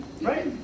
Right